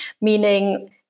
meaning